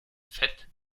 fett